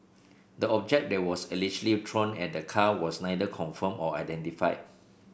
the object that was allegedly thrown at the car was neither confirmed or identified